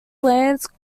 lance